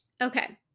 Okay